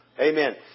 Amen